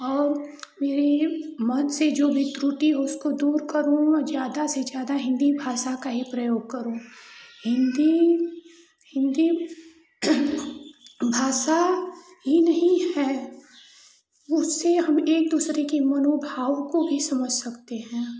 और यह लिए मन से जो भी त्रुटि हो उसको दूर करो न ज़्यादा से ज़्यादा हिन्दी भाषा का ही प्रयोग करूँ हिन्दी हिन्दी भाषा ही नहीं है उससे हम एक दूसरे की मनोभाव को भी समझ सकते हैं